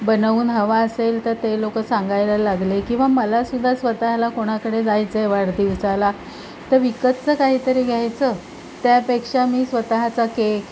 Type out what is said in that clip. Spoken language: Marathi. बनवून हवा असेल तर ते लोकं सांगायला लागले किंवा मलासुद्धा स्वतःला कोणाकडे जायचंय वाढदिवसाला तर विकतच काहीतरी घ्यायचं त्यापेक्षा मी स्वतःचा केक